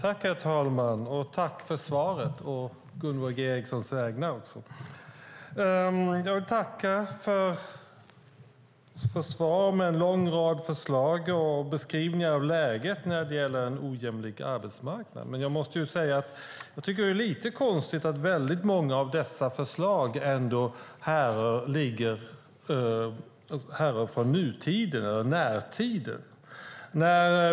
Herr talman! Jag tackar för svaret å Gunvor G Ericsons vägnar. Jag tackar för den långa raden förslag och beskrivningar av läget när det gäller en ojämlik arbetsmarknad. Men jag måste säga att jag tycker att det är lite konstigt att många av dessa förslag ändå härrör från nutiden eller närtiden.